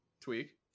Tweak